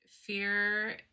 fear